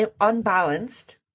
unbalanced